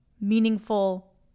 meaningful